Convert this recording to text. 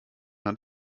hat